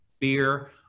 fear